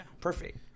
Perfect